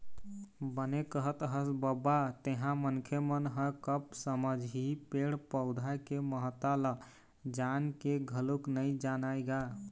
बने कहत हस बबा तेंहा मनखे मन ह कब समझही पेड़ पउधा के महत्ता ल जान के घलोक नइ जानय गा